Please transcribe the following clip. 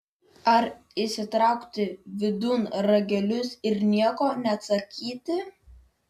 ar įsitraukti vidun ragelius ir nieko neatsakyti